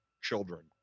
children